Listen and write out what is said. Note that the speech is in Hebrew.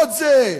עוד זה.